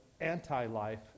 anti-life